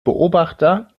beobachter